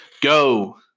Go